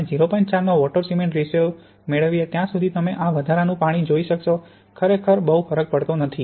4 નો water cement ratio મેળવીએ ત્યાં સુધી તમે આ વધારાનું પાણી જોઈ શકશો ખરેખર બહુ ફરક પડતો નથી